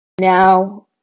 Now